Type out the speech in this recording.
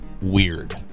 weird